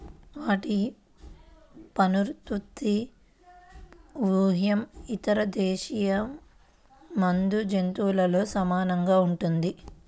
వాటి పునరుత్పత్తి వ్యూహం ఇతర దేశీయ మంద జంతువులతో సమానంగా ఉంటుంది